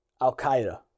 Al-Qaeda